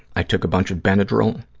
i took a bunch of benadryl,